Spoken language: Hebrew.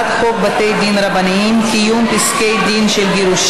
בזמן שמארגני העצרת, קריאת ביניים, יצאת ידי חובה.